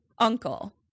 Uncle